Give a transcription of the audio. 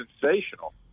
sensational